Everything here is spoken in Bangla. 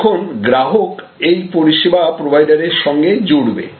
এখন গ্রাহক এই পরিষেবা প্রোভাইডারের সঙ্গে জুড়বে